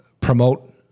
promote